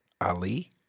Ali